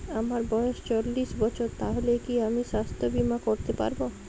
আমার বয়স চল্লিশ বছর তাহলে কি আমি সাস্থ্য বীমা করতে পারবো?